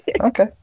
Okay